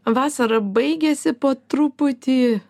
vasara baigiasi po truputį